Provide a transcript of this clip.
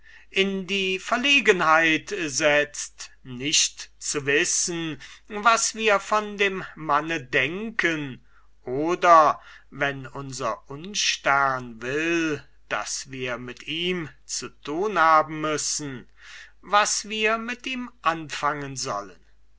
in die verlegenheit setzt nicht zu wissen was wir von dem manne denken oder wenn unser unstern will daß wir mit ihm zu tun haben müssen was wir mit ihm anfangen wollen